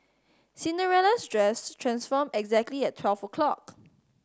Cinderella's dress transformed exactly at twelve o'clock